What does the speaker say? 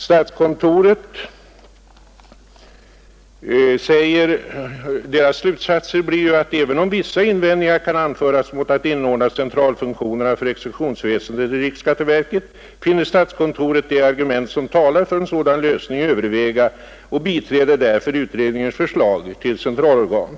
Statskontorets slutsatser är ju att även om vissa invändningar kan anföras mot att inordna centralfunktionerna för exekutionsväsendet i riksskatteverket finner statskontoret de argument som talar för en sådan lösning överväga och biträder därför utredningens förslag till centralorgan.